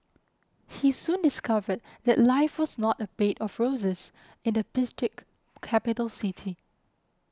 he soon discovered that life was not a bed of roses in the picturesque capital city